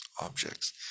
objects